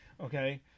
Okay